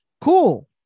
cool